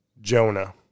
Jonah